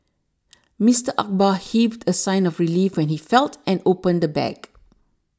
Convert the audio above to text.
Mister Akbar heaved a sign of relief when he felt and opened the bag